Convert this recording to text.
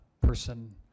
person